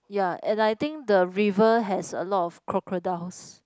ya and I think the river has a lot of crocodiles